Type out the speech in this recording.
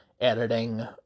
editing